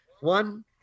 One